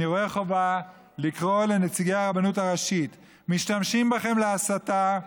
אני רואה חובה לקרוא לנציגי הרבנות הראשית: משתמשים בכם להסתה,